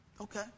Okay